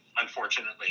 unfortunately